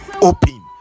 open